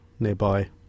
nearby